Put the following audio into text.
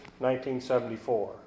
1974